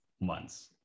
months